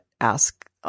ask